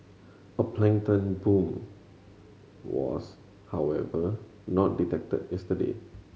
a plankton bloom was however not detected yesterday